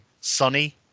sunny